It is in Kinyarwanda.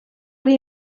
ari